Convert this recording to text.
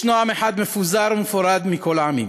ישנו עם אחד מפוזר ומפורד מכל העמים.